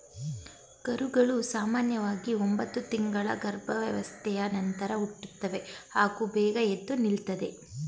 ಕರುಗಳು ಸಾಮನ್ಯವಾಗಿ ಒಂಬತ್ತು ತಿಂಗಳ ಗರ್ಭಾವಸ್ಥೆಯ ನಂತರ ಹುಟ್ಟುತ್ತವೆ ಹಾಗೂ ಬೇಗ ಎದ್ದು ನಿಲ್ತದೆ